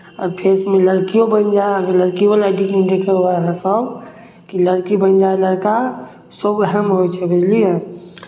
आओर फेसमे लड़कियो बनि जाय लड़कीवला एडिटमे देखब अहाँसभ कि लड़की बनि जाइ हए लड़कासभ उएहमे होइ छै बुझलियै